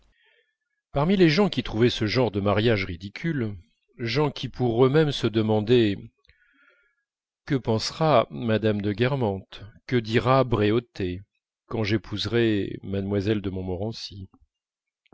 parmi les gens qui trouvaient ce genre de mariage ridicule gens qui pour eux-mêmes se demandaient que pensera m de guermantes que dira bréauté quand j'épouserai mlle de montmorency